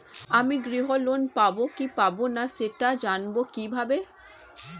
আমি গৃহ ঋণ পাবো কি পাবো না সেটা জানবো কিভাবে?